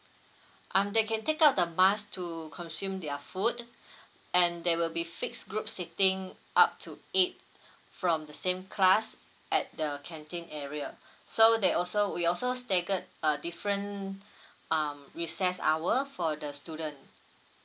um they can take out the mask to consume their food and there will be fixed group sitting up to eight from the same class at the canteen area so they also we also staggered a different um recess hour for the student